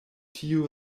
tiu